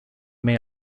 may